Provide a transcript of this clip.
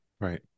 Right